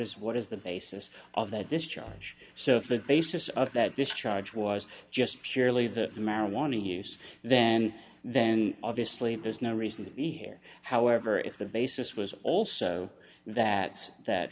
is what is the basis of that this charge so if the basis of that this charge was just purely the marijuana use then then obviously there's no reason to be here however if the basis was also that that